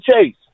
Chase